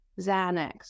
Xanax